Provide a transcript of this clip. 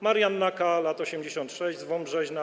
Marianna K., lat 86, z Wąbrzeźna.